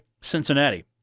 Cincinnati